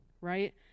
right